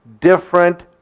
different